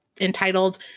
entitled